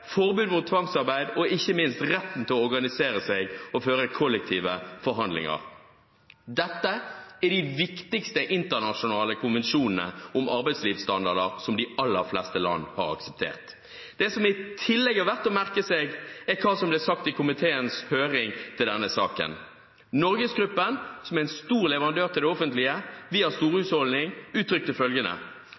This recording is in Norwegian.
forbud mot tvangsarbeid og ikke minst rett til å organisere seg og føre kollektive forhandlinger. Dette er de viktigste internasjonale konvensjonene om arbeidslivsstandarder som de aller fleste land har akseptert. Det som i tillegg er verdt å merke seg, er det som ble sagt i komiteens høring til denne saken. NorgesGruppen, som er en stor leverandør til det offentlige via storhusholdning, uttrykte